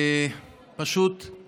אני